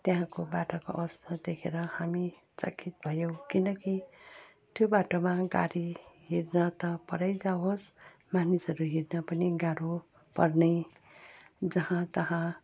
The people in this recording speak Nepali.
त्यहाँको बाटोको अवस्था देखेर हामी चकित भयौँ किनकि त्यो बाटोमा गाडी हिँड्न त परै जावोस् मानिसहरू हिँड्न पनि गाह्रो पर्ने जहाँ तहाँ